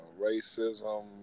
racism